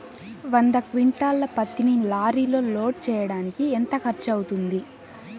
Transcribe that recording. వంద క్వింటాళ్ల పత్తిని లారీలో లోడ్ చేయడానికి ఎంత ఖర్చవుతుంది?